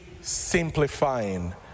simplifying